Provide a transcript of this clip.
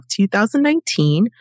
2019